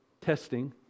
testing